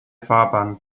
fahrbahn